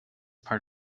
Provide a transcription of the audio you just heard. part